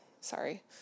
sorry